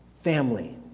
family